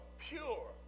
pure